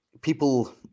people –